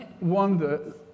wonder